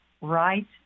right